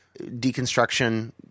deconstruction